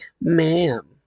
ma'am